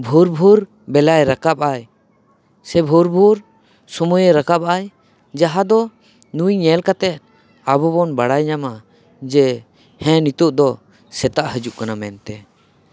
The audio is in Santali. ᱵᱷᱳᱨ ᱵᱷᱳᱨ ᱵᱮᱞᱟᱭ ᱨᱟᱠᱟᱵᱚᱜᱼᱟᱭ ᱥᱮ ᱵᱷᱳᱨ ᱵᱷᱳᱨ ᱥᱳᱢᱳᱭᱮ ᱨᱟᱠᱟᱵᱟᱭ ᱡᱟᱦᱟᱸ ᱫᱚ ᱱᱤᱛ ᱧᱮᱞ ᱠᱟᱛᱮ ᱟᱵᱚ ᱵᱚᱱ ᱵᱟᱲᱟᱭ ᱧᱟᱢᱟ ᱡᱮ ᱦᱮᱸ ᱱᱤᱛᱳᱜ ᱫᱚ ᱥᱮᱛᱟᱜ ᱦᱤᱡᱩᱜ ᱠᱟᱱᱟ ᱢᱮᱱ ᱛᱮ